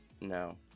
no